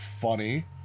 funny